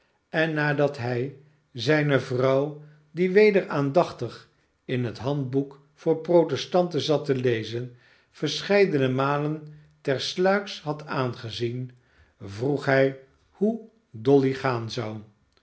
en nadat hij zijne vrouw die weder aahdachtig in het handboek voor protestanten zat te lezen verscheidene malen tersluiks had aangezien vroeg hij hoe dolly gaan zou